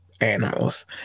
animals